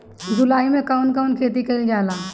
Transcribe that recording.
जुलाई मे कउन कउन खेती कईल जाला?